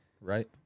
right